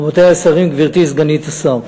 רבותי השרים, גברתי סגנית השר,